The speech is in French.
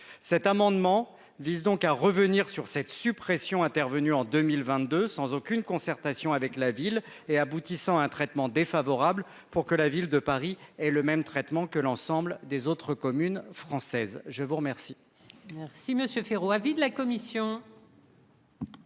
cet amendement vise donc à revenir sur cette suppression intervenue en 2022, sans aucune concertation avec la ville et aboutissant un traitement défavorable pour que la Ville de Paris et le même traitement que l'ensemble des autres communes françaises, je vous remercie.